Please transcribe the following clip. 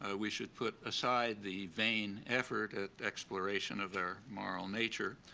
ah we should put aside the vain effort at exploration of our moral nature,